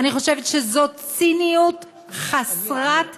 אני חושבת שזאת ציניות חסרת סליחה.